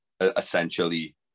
Essentially